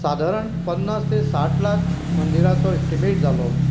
सादारण पन्नास ते साठ लाख मंदिराचो एस्टीमेट जालो